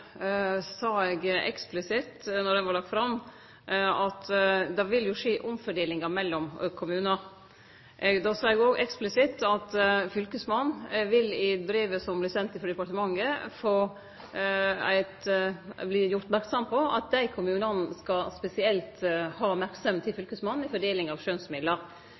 sa eg eksplisitt at det vil skje omfordelingar mellom kommunar. Då sa eg òg eksplisitt at fylkesmannen vil, i brevet som vart sendt frå departementet, verte gjord merksam på at dei kommunane skal spesielt ha merksemda til fylkesmannen ved fordeling av